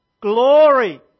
glory